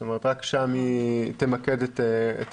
זאת אומרת רק שם היא תמקד את המאמצים.